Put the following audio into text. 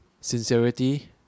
sincerity